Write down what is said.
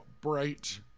bright